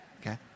Okay